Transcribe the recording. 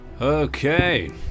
Okay